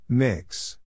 Mix